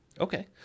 Okay